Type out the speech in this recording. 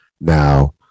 now